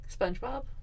Spongebob